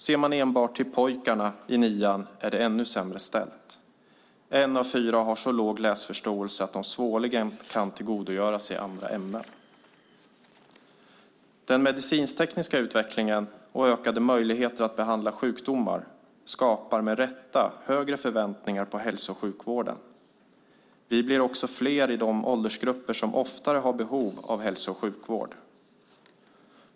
Ser man enbart till pojkarna i nian är det ännu sämre ställt. En av fyra har så låg läsförståelse att de svårligen kan tillgodogöra sig andra ämnen. Den medicinsk-tekniska utvecklingen och ökade möjligheter att behandla sjukdomar skapar med rätta högre förväntningar på hälso och sjukvården. Vi blir också fler i de åldersgrupper som oftare har behov av hälso och sjukvård.